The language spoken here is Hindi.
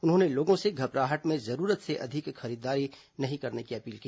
उन्होंने लोगों से घबराहट में जरूरत से अधिक खरीदारी नहीं करने की अपील की